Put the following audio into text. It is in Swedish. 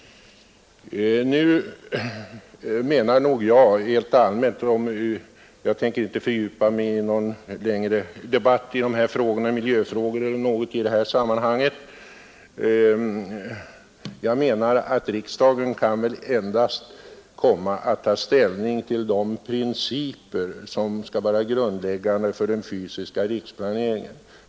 Nu menar jag helt allmänt — och jag tänker inte fördjupa mig i någon längre debatt i de här frågorna eller miljöfrågor i det här sammanhanget — att riksdagen endast kan ta ställning till de principer som skall vara grundläggande för den fysiska riksplaneringen.